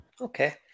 Okay